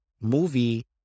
Movie